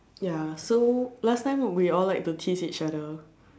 ya so last time we all like tease each other